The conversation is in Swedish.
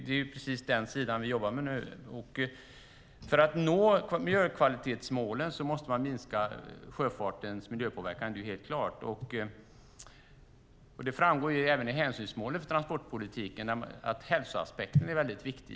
Det är denna sida vi jobbar med nu, och för att nå miljökvalitetsmålen måste vi minska sjöfartens miljöpåverkan. Det framgår även i hänsynsmålet för transportpolitiken att hälsoaspekten är viktig.